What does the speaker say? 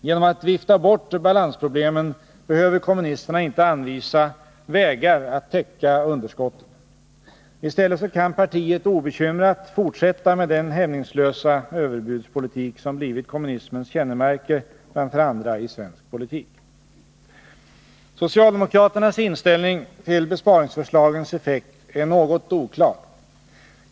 Genom att vifta bort balansproblemen behöver kommunisterna inte anvisa vägar att täcka underskotten. I stället kan partiet obekymrat fortsätta med den hämningslösa överbudspolitik som blivit kommunismens kännemärke framför andra i svensk politik. Socialdemokraternas inställning till besparingsförslagens effekt är något oklar.